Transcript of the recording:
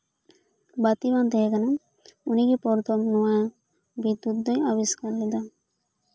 ᱵᱟᱛᱤ ᱵᱟᱝ ᱛᱟᱦᱮᱸ ᱠᱟᱱᱟ ᱩᱱᱤᱜᱮ ᱯᱨᱚᱛᱷᱚᱢ ᱱᱚᱶᱟ ᱵᱤᱫᱽᱫᱩᱛ ᱫᱚᱭ ᱟᱵᱤᱥᱠᱟᱨ ᱞᱮᱫᱟ